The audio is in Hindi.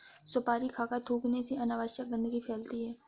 सुपारी खाकर थूखने से अनावश्यक गंदगी फैलती है